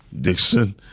Dixon